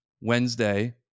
Wednesday